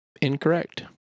Incorrect